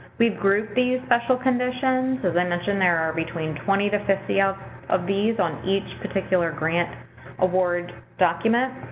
we've grouped these special conditions. as i mentioned, there are between twenty to fifty of of these on each particular grant award document.